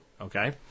okay